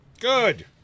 Good